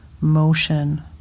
motion